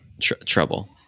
Trouble